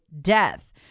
death